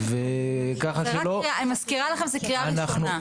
אני מזכירה לכם, זה קריאה ראשונה.